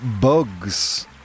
bugs